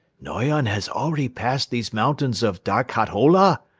noyon has already passed these mountains of darkhat ola?